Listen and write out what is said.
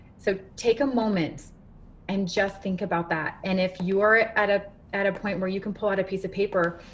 so take a moment and just think about that. and if you are at a at a point where you can pull out a piece of paper,